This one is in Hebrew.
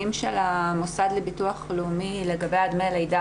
של המוסד לביטוח לאומי לגבי דמי הלידה.